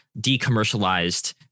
decommercialized